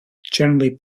generally